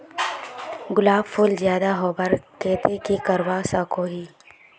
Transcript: गुलाब फूल ज्यादा होबार केते की करवा सकोहो ही?